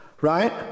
right